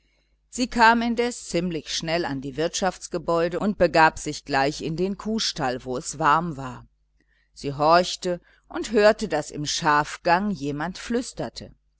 sie kam indes ziemlich schnell an die wirtschaftsgebäude und begab sich gleich in den kuhstall wo es warm war sie horchte und hörte daß im schafgang jemand flüsterte